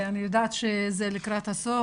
אני יודעת שזה לקראת הסוף